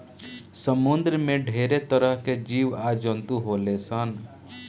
समुंद्र में ढेरे तरह के जीव आ जंतु होले सन